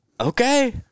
Okay